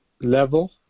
level